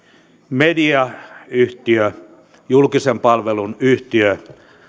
mediayhtiö julkisen palvelun yhtiö joka haluaa olla